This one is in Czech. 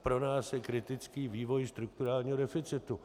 Pro nás je kritický vývoj strukturálního deficitu.